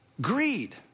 greed